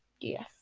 Yes